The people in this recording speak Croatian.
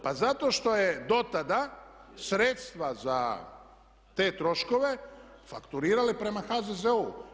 Pa zato što je do tada sredstva za te troškove fakturirali prema HZZO-u.